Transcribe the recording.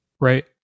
right